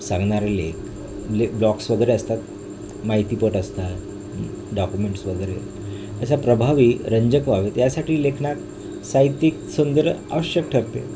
सांगणारे लेख ले ब्लॉक्स वगैरे असतात माहितीपट असतात डॉक्युमेंट्स वगैरे अशा प्रभावी रंजक व्हावेत यासाठी लेखनात साहित्यिक सुंदर आवश्यक ठरते